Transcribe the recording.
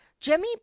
jimmy